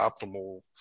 optimal